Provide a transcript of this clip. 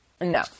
No